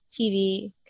TV